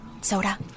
Soda